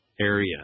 area